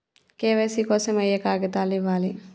KYC కోసం ఏయే కాగితాలు ఇవ్వాలి?